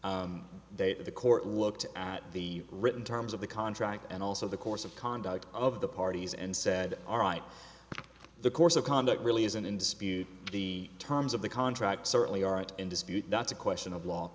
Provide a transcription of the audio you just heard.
that the court looked at the written terms of the contract and also the course of conduct of the parties and said all right the course of conduct really isn't in dispute the terms of the contract certainly aren't in dispute that's a question of law